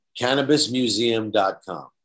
Cannabismuseum.com